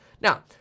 Now